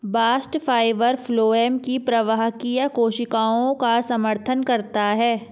bast fibre phloem की प्रवाहकीय कोशिकाओं का समर्थन करता है